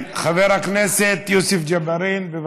חבר הכנסת יוסף ג'בארין, בבקשה.